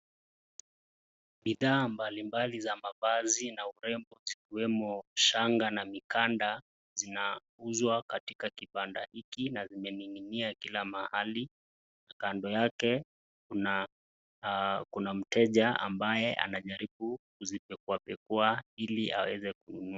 Bidhaa mbalimbali za mavazi na urembo zikiwemo shanga na mikanda zinauzwa katika kibanda hiki na zimening'inia kila mahali. Kando yake kuna mteja ambaye anajaribu kuzipekuapekua ili aweze kununua.